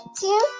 two